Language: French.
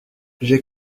j’ai